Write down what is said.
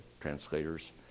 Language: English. Translators